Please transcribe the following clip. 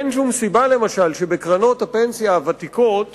אין שום סיבה, למשל, שבקרנות הפנסיה הוותיקות